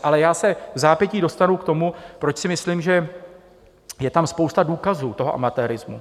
Ale já se vzápětí dostanu k tomu, proč si myslím, že je tam spousta důkazů toho amatérismu.